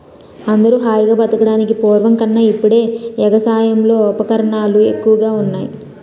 అందరూ హాయిగా బతకడానికి పూర్వం కన్నా ఇప్పుడే ఎగసాయంలో ఉపకరణాలు ఎక్కువగా ఉన్నాయ్